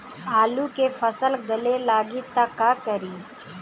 आलू के फ़सल गले लागी त का करी?